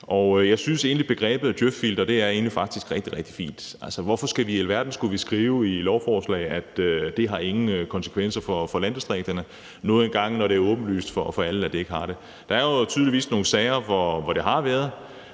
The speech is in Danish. Jeg synes egentlig, at begrebet djøf-filter faktisk er rigtig, rigtig fint. Hvorfor i alverden skulle vi skrive i lovforslag, at det ingen konsekvenser har for landdistrikterne, når det nu engang er åbenlyst for alle, at det ikke har det? Der er jo tydeligvis nogle sager, hvor det har haft